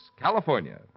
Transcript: California